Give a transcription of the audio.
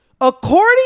according